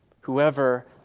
Whoever